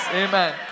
amen